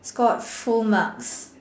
scored full marks